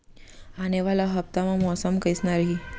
आने वाला हफ्ता मा मौसम कइसना रही?